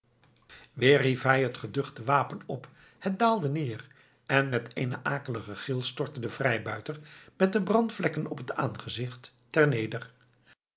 weer hief hij het geduchte wapen op het daalde neer en met eenen akeligen gil stortte de vrijbuiter met de brandvlekken op het aangezicht ter